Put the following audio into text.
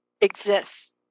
exists